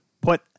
put